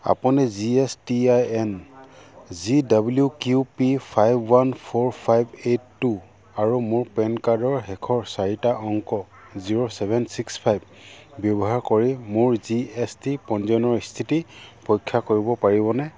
আপুনি G S T I N G W Q P five one four five eight two আৰু মোৰ PAN কাৰ্ডৰ শেষৰ চাৰিটা অংক জিৰ' চেভেন চিক্স ফাইভ ব্যৱহাৰ কৰি মোৰ জি এছ টি পঞ্জীয়নৰ স্থিতি পৰীক্ষা কৰিব পাৰিবনে